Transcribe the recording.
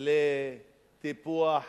של הממשלה הזאת לטיפוח